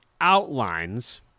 outlines